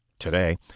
today